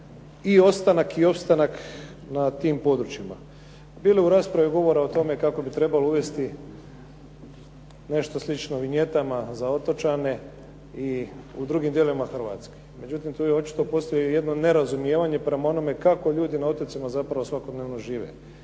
i ostanak i opstanak na tim područjima. Bilo je u raspravi govora o tome kako bi trebalo uvesti nešto slično vinjetama za otočane i u drugim dijelovima Hrvatske, međutim tu očito postoji jedno nerazumijevanje prema onome kako ljudi na otocima zapravo svakodnevno žive